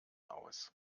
aus